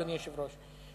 אדוני היושב-ראש,